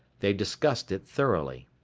they discussed it thoroughly.